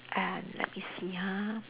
and let me see ha